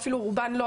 אפילו רובן לא,